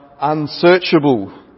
unsearchable